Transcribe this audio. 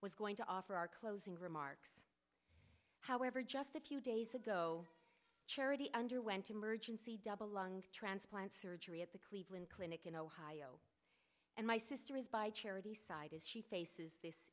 was going to offer our closing remarks however just a few days ago charity underwent emergency double lung transplant surgery at the cleveland clinic in ohio and my sister is by charity side as she faces this